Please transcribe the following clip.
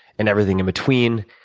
and everything in between.